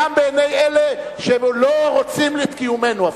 גם בעיני אלה שלא רוצים את קיומנו אפילו.